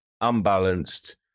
unbalanced